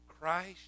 Christ